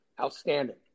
Outstanding